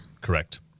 Correct